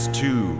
two